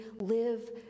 live